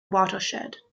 watershed